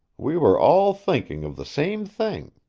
we were all thinking of the same thing.